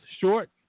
Short